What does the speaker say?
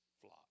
flock